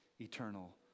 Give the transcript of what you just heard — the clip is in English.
eternal